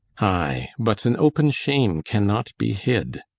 aye, but an open shame cannot be hid.